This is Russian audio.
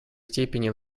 степени